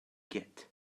git